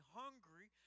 hungry